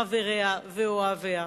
חבריה ואוהביה,